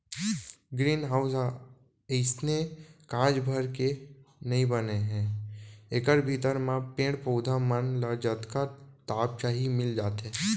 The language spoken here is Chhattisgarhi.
ग्रीन हाउस ह अइसने कांच भर के नइ बने हे एकर भीतरी म पेड़ पउधा मन ल जतका ताप चाही मिल जाथे